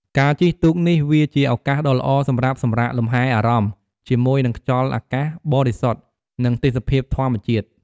ការជិះទូកនេះ វាជាឱកាសដ៏ល្អសម្រាប់សម្រាកលំហែអារម្មណ៍ជាមួយនឹងខ្យល់អាកាសបរិសុទ្ធនិងទេសភាពធម្មជាតិ។